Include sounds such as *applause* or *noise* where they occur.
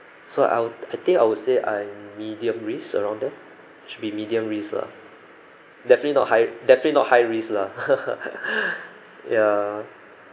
so I'll I think I would say I'm medium risk around there should be medium risk lah definitely not hi~ definitely not high risk lah *laughs* ya